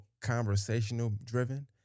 conversational-driven